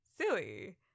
Silly